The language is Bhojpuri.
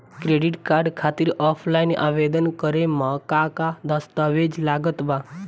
क्रेडिट कार्ड खातिर ऑफलाइन आवेदन करे म का का दस्तवेज लागत बा?